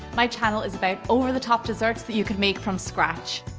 my channel is about over the top desserts that you can make from scratch.